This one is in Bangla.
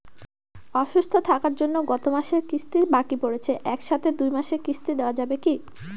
অসুস্থ থাকার জন্য গত মাসের কিস্তি বাকি পরেছে এক সাথে দুই মাসের কিস্তি দেওয়া যাবে কি?